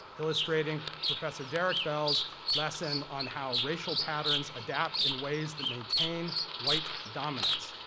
illustrating professor derrick bell's lesson on how racial patterns adapt in ways that maintain white dominance.